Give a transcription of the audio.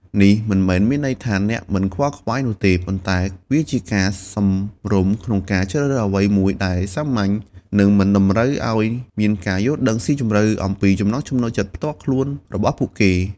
នេះមិនមែនមានន័យថាអ្នកមិនខ្វល់ខ្វាយនោះទេ ប៉ុន្តែវាជាការសមរម្យក្នុងការជ្រើសរើសអ្វីមួយដែលសាមញ្ញ និងមិនតម្រូវឱ្យមានការយល់ដឹងស៊ីជម្រៅអំពីចំណង់ចំណូលចិត្តផ្ទាល់ខ្លួនរបស់ពួកគេ។